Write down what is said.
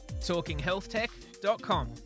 talkinghealthtech.com